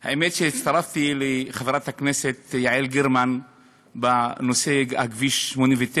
האמת, הצטרפתי לחברת הכנסת יעל גרמן בנושא כביש 89